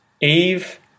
eve